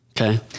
okay